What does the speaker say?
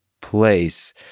place